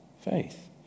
faith